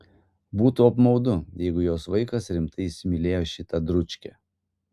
būtų apmaudu jeigu jos vaikas rimtai įsimylėjo šitą dručkę